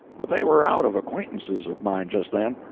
but they were out of acquaintances of mine just then.